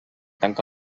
tanca